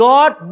God